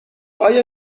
آیا